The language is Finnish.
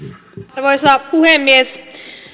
arvoisa puhemies